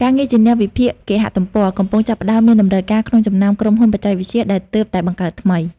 ការងារជាអ្នកវិភាគគេហទំព័រ កំពុងចាប់ផ្តើមមានតម្រូវការក្នុងចំណោមក្រុមហ៊ុនបច្ចេកវិទ្យាដែលទើបតែបង្កើតថ្មី ។